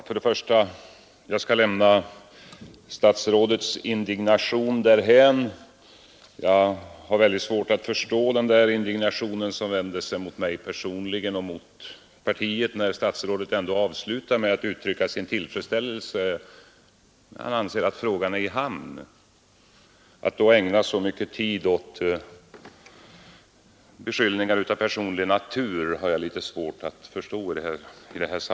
Fru talman! Jag skall lämna statsrådets indignation därhän. Jag har väldigt svårt att förstå den indignation som vände sig mot mig personligen och mot centerpartiet när statsrådet ändå avslutar med att uttrycka sin tillfredsställelse över att frågan skulle vara i hamn. Att då ägna så mycket tid åt beskyllningar av personlig natur är svårbegripligt.